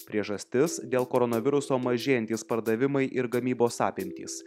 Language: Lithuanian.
priežastis dėl koronaviruso mažėjantys pardavimai ir gamybos apimtys